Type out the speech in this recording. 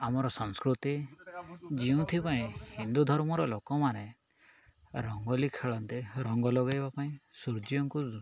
ଆମର ସଂସ୍କୃତି ଯେଉଁଥିପାଇଁ ହିନ୍ଦୁ ଧର୍ମର ଲୋକମାନେ ରଙ୍ଗୋଲି ଖେଳନ୍ତି ରଙ୍ଗ ଲଗେଇବା ପାଇଁ ସୂର୍ଯ୍ୟଙ୍କୁ